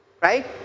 right